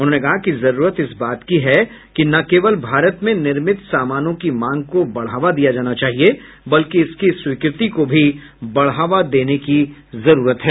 उन्होंने कहा कि जरूरत इस बात की है कि न केवल भारत में निर्मित सामानों की मांग को बढ़ावा दिया जाना चाहिए बल्कि इसकी स्वीकृति को भी बढ़ावा देने की जरूरत है